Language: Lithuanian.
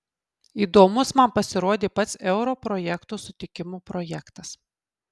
įdomus man pasirodė pats euro projekto sutikimo projektas